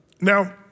Now